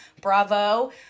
Bravo